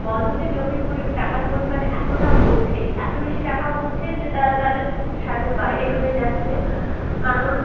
বন্ধকি জমির পরি টাকার পরিমাণ এতটা বলছে এত বেশি টাকা বলছে যে তারা তাদের স্বাদের বাইরে হয়ে যাচ্ছে কারণ